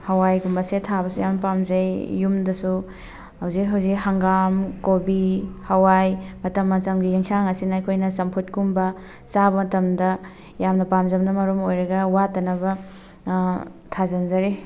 ꯍꯋꯥꯏꯒꯨꯝꯕꯁꯦ ꯊꯥꯕꯁꯨ ꯌꯥꯝꯅ ꯄꯥꯝꯖꯩ ꯌꯨꯝꯗꯁꯨ ꯍꯧꯖꯤꯛ ꯍꯧꯖꯤꯛ ꯍꯪꯒꯥꯝ ꯀꯣꯕꯤ ꯍꯋꯥꯏ ꯃꯇꯝ ꯃꯇꯝꯒꯤ ꯌꯦꯟꯁꯥꯡ ꯑꯁꯤꯅ ꯑꯩꯈꯣꯏꯅ ꯆꯝꯐꯨꯠꯀꯨꯝꯕ ꯆꯥꯕ ꯃꯇꯝꯗ ꯌꯥꯝꯅ ꯄꯥꯝꯖꯕꯅ ꯃꯔꯝ ꯑꯣꯏꯔꯒ ꯋꯥꯠꯇꯅꯕ ꯊꯥꯖꯟꯖꯔꯤ